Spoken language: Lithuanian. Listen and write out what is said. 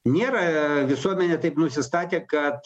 nėra visuomenė taip nusistatę kad